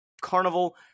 carnival